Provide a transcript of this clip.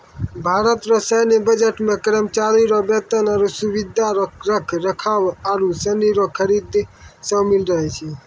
भारत रो सैन्य बजट मे करमचारी रो बेतन, आरो सुबिधा रो रख रखाव आरू सनी रो खरीद सामिल रहै छै